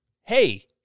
hey